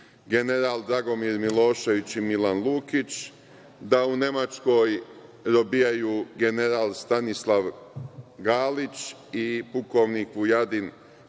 general Dragomir Milošević i Milan Lukić, da u Nemačkoj robijaju general Stanislav Galić i pukovnik Vujadin